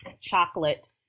chocolate